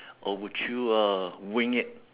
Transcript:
or would you uh wing it